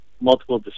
multiple